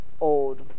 old